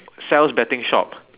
saul's betting shop